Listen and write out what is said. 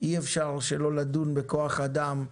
אי אפשר שלא לדון בכוח אדם,